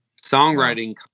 Songwriting